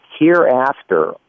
hereafter